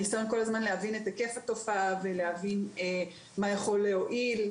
הניסיון להבין את היקף התופעה ומה יכול להועיל,